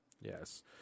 Yes